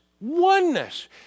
Oneness